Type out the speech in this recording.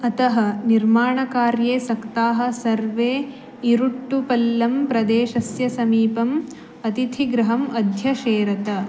अतः निर्माणकार्ये सक्ताः सर्वे इरुट्टुपल्लम्ं प्रदेशस्य समीपम् अतिथिगृहम् अध्यशेरत